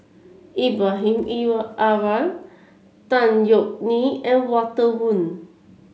Ibrahim Awang Tan Yeok Nee and Walter Woon